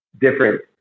different